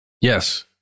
Yes